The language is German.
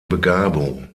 begabung